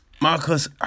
Marcus